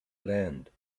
land